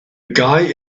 guy